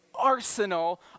arsenal